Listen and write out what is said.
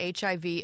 HIV